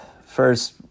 first